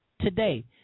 today